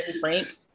frank